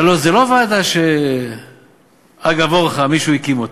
הלוא זו לא ועדה שאגב אורחא מישהו הקים אותה.